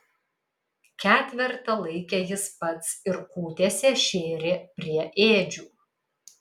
ketvertą laikė jis pats ir kūtėse šėrė prie ėdžių